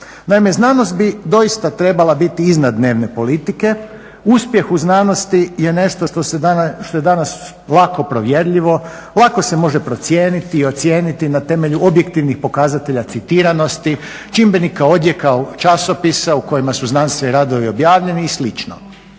znanost bi doista trebala biti iznad dnevne politike. Uspjeh u znanosti je nešto što je danas lako provjerljivo, lako se može procijeniti i ocijeniti na temelju objektivnih pokazatelja citiranosti, čimbenika odjeka časopisa u kojima su znanstveni radovi objavljeni i